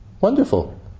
wonderful